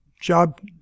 job